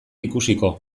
ikusiko